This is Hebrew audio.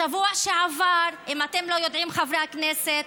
בשבוע שעבר, אם אתם לא יודעים, חברי הכנסת,